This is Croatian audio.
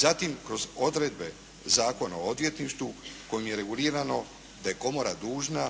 zatim kroz odredbe Zakona o odvjetništvu kojim je regulirano da je komora dužna